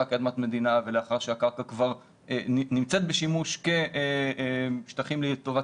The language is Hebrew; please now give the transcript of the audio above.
כאדמת מדינה ולאחר שהקרקע כבר נמצא בשימוש כשטחים לטובת